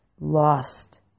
lost